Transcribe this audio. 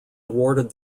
awarded